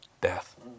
death